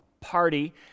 party